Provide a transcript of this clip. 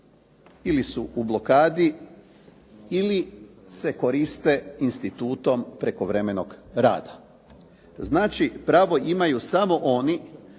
ili su u blokadi ili se koriste institutom prekovremenog rada. Znači, pravo imaju samo oni